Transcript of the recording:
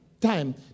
time